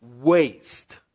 waste